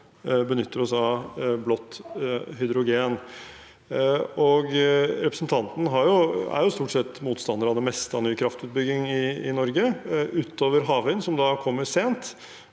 også benytter oss av blått hydrogen. Representanten er stort sett motstander av det meste av ny kraftutbygging i Norge utover havvind, som da kommer sent.